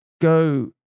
go